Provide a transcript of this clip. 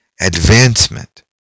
advancement